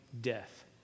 death